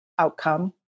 outcome